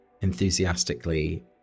enthusiastically